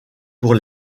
pour